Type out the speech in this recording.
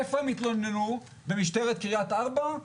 איפה הם התלוננו, במשטרת קריית ארבע?